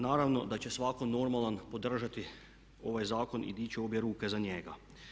Naravno da će svatko normalan podržati ovaj zakon i dići obje ruke za njega.